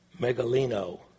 megalino